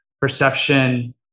perception